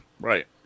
right